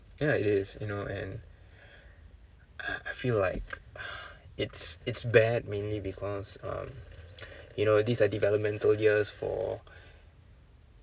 yeah it is you know and I feel like it's it's bad mainly because um you know these are developmental years for